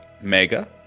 Mega